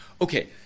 Okay